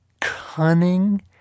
cunning